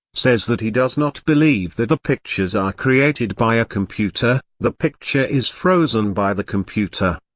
says that he does not believe that the pictures are created by a computer, the picture is frozen by the computer.